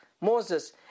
Moses